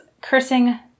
cursing